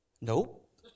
nope